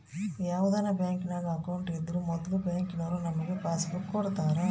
ಯಾವುದನ ಬ್ಯಾಂಕಿನಾಗ ಅಕೌಂಟ್ ಇದ್ರೂ ಮೊದ್ಲು ಬ್ಯಾಂಕಿನೋರು ನಮಿಗೆ ಪಾಸ್ಬುಕ್ ಕೊಡ್ತಾರ